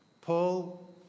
Paul